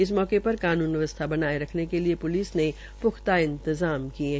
इस मौके पर कानून व्यवसथा बनाये रखने के लिये प्लिस ने प्रख्ता इंतजाम किए थे